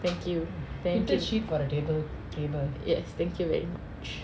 thank you thank you yes thank you very much